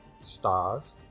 stars